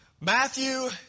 Matthew